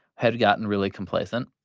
had gotten really complacent.